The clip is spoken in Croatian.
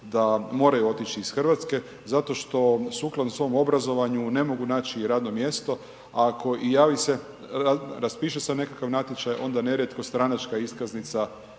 da moraju otići iz RH zato što sukladno svom obrazovanju ne mogu naći radno mjesto, ako i raspiše se nekakav natječaj, onda nerijetko stranačka iskaznica,